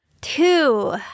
two